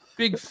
big